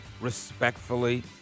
respectfully